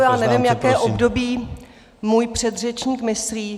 Já nevím, jaké období můj předřečník myslí.